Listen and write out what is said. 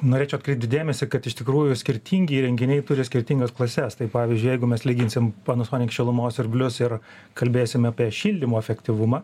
norėčiau atkreipti dėmesį kad iš tikrųjų skirtingi įrenginiai turi skirtingas klases tai pavyzdžiui jeigu mes lyginsim panasonic šilumos siurblius ir kalbėsim apie šildymo efektyvumą